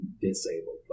disabled